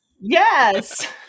Yes